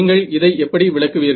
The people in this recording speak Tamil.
நீங்கள் இதை எப்படி விளக்குவீர்கள்